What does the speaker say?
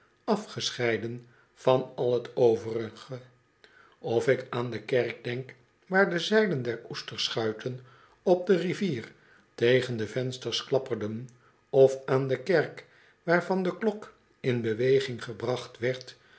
afgescheiden van al t overige of ik aan de kerk denk waaide zeilen der oesterschuiten op de rivier tegen de vensters klapperden of aan de kerk waarvan de klok in beweging gebracht werd